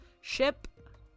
ship